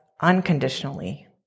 unconditionally